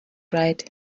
right